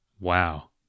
Wow